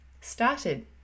started